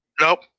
Nope